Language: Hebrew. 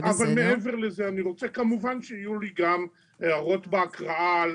אבל כמובן יהיו לי גם הערת בהקראה.